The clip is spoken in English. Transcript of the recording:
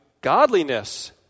Godliness